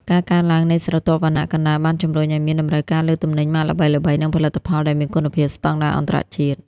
ការកើនឡើងនៃស្រទាប់វណ្ណៈកណ្ដាលបានជម្រុញឱ្យមានតម្រូវការលើទំនិញម៉ាកល្បីៗ និងផលិតផលដែលមានគុណភាពស្ដង់ដារអន្តរជាតិ។